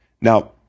now